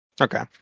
Okay